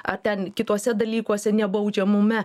ar ten kituose dalykuose nebaudžiamume